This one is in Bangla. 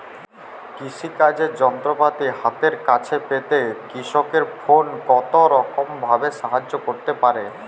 কৃষিকাজের যন্ত্রপাতি হাতের কাছে পেতে কৃষকের ফোন কত রকম ভাবে সাহায্য করতে পারে?